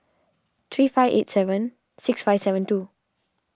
three five eight seven six five seven two